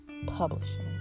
publishing